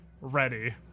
ready